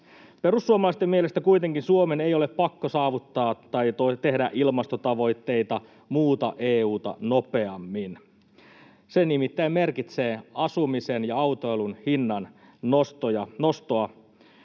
Perussuomalaisten mielestä Suomen ei kuitenkaan ole pakko saavuttaa tai tehdä ilmastotavoitteita muuta EU:ta nopeammin. Se nimittäin merkitsee asumisen ja autoilun hinnannostoa,